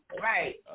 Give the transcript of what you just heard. Right